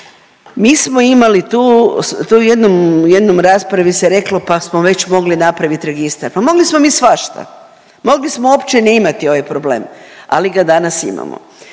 tu jednu, u jednoj raspravi se reklo pa smo već mogli napravit registar. Pa mogli smo mi svašta, mogli smo uopće ne imati ovaj problem, ali ga danas imamo.